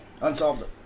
Unsolved